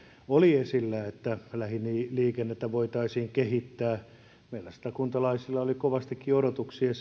oli esillä että lähiliikennettä voitaisiin kehittää meillä satakuntalaisilla oli kovastikin odotuksia